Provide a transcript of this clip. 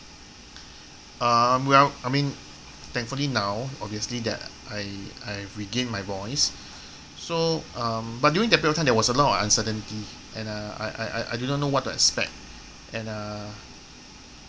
um well I mean thankfully now obviously that I I have regained my voice so um but during that period time there was a lot of uncertainty and uh I I I I do not know what to expect and uh